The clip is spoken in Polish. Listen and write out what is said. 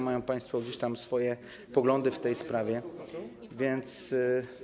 Mają państwo swoje poglądy w tej sprawie, więc.